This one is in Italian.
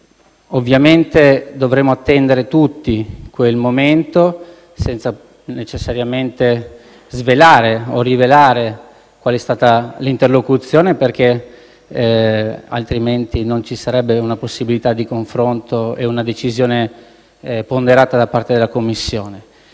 Ovviamente dovremo attendere tutti quel momento, senza necessariamente svelare o rivelare qual è stata l'interlocuzione, perché altrimenti non ci sarebbe una possibilità di confronto e una decisione ponderata da parte della Commissione.